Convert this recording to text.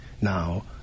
Now